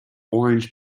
orange